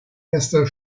erster